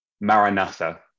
Maranatha